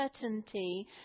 certainty